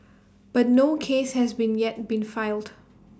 but no case has been yet been filed